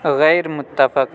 غیر متفق